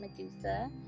Medusa